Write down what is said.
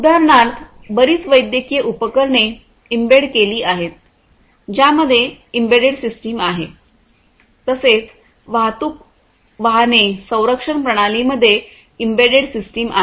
उदाहरणार्थ बरीच वैद्यकीय उपकरणे एम्बेड केली आहेत ज्यामध्ये एम्बेडेड सिस्टम आहेत तसेच वाहतूक वाहने संरक्षण प्रणालींमध्ये एम्बेडेड सिस्टम आहेत